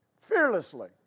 Fearlessly